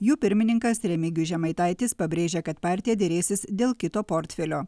jų pirmininkas remigijus žemaitaitis pabrėžia kad partija derėsis dėl kito portfelio